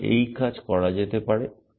সুতরাং এই কাজ করা যেতে পারে